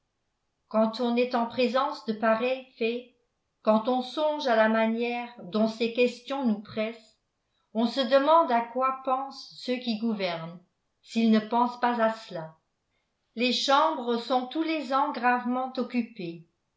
quand on est en présence de pareils faits quand on songe à la manière dont ces questions nous pressent on se demande à quoi pensent ceux qui gouvernent s'ils ne pensent pas à cela les chambres sont tous les ans gravement occupées